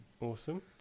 awesome